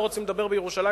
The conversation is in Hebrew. לא רוצים לדבר בירושלים?